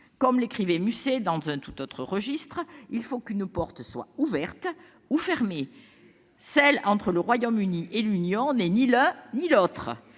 Comme l'écrivait Musset dans un tout autre registre :« Il faut qu'une porte soit ouverte ou fermée. » Très bien ! Celle entre le Royaume-Uni et l'Union n'est ni l'un ni l'autre